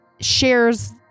shares